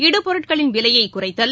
இடுபொருட்களின் விலையைகுறைத்தல்